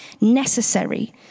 necessary